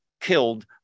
killed